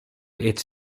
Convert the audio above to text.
its